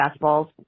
fastballs